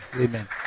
Amen